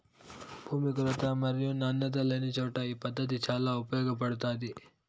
భూమి కొరత మరియు నాణ్యత లేనిచోట ఈ పద్దతి చాలా ఉపయోగపడుతాది